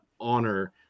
honor